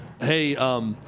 hey –